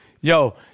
yo